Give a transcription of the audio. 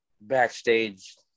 backstage